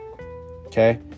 okay